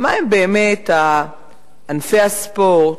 מהם באמת ענפי הספורט,